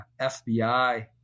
FBI